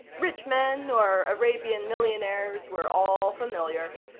rich men or arabian millionaires were all familiar.